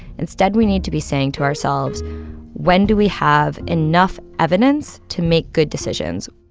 instead, we need to be saying to ourselves when do we have enough evidence to make good decisions?